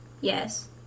Yes